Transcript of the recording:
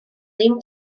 dim